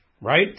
right